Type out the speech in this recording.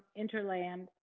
Interland